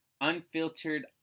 unfiltered